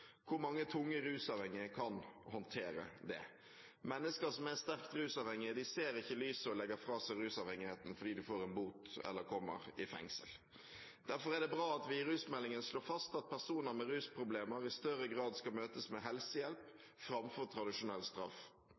Hvor mange tunge rusavhengige kan håndtere det? Mennesker som er sterkt rusavhengige, ser ikke lyset og legger fra seg rusavhengigheten fordi de får en bot eller kommer i fengsel. Derfor er det bra at vi i rusmeldingen slår fast at personer med rusproblemer i større grad skal møtes med helsehjelp framfor tradisjonell straff.